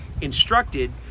instructed